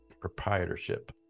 proprietorship